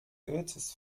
goethes